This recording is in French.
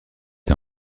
est